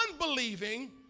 unbelieving